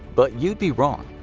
but you'd be wrong.